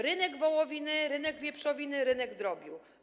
Rynek wołowiny, rynek wieprzowiny, rynek drobiu.